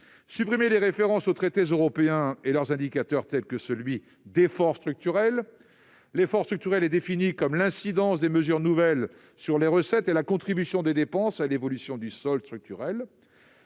supprimer les références aux traités européens et à leurs indicateurs, tels que « l'effort structurel »- défini à l'article 1 comme « l'incidence des mesures nouvelles sur les recettes et la contribution des dépenses à l'évolution du solde structurel